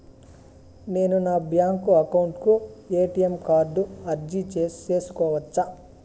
నేను నా bank account కు ఎ.టి.ఎం కార్డు అర్జీ సేసుకోవచ్చా?